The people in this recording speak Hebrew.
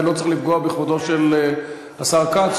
זה לא צריך לפגוע בכבודו של השר כץ,